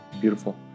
Beautiful